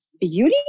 beauty